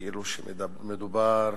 כאילו שמדובר